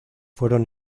fueron